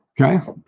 Okay